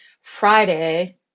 Friday